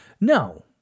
No